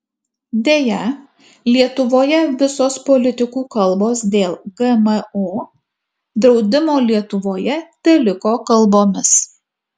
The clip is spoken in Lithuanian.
deja lietuvoje visos politikų kalbos dėl gmo draudimo lietuvoje teliko kalbomis